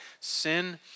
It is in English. sin